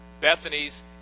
Bethany's